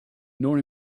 nor